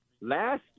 last